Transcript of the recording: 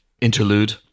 interlude